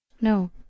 No